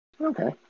Okay